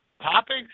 Topics